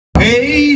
Hey